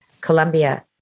Colombia